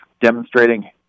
demonstrating